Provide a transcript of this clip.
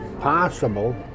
possible